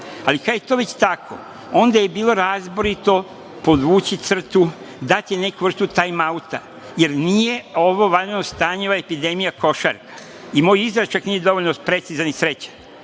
Ali, kada je to već tako, onda je bilo razborito podvući crtu, dati neku vrstu tajm-auta, jer nije ovo vanredno stanje, ova epidemija košarka i moj izraz čak nije dovoljno precizan i srećan,